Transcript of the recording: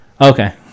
Okay